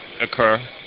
occur